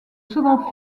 second